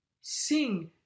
sing